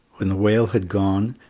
when the whale had gone,